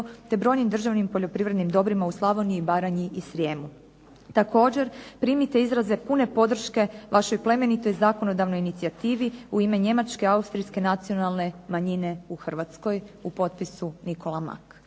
te brojnim državnim poljoprivrednim dobrima u Slavoniji i Baranji i Srijemu. Također primite izraze pune podrške vašoj plemenitoj zakonodavnoj inicijativi u ime Njemačke Austrijske nacionalne manjine u Hrvatskoj, u potpisu Nikola Mak.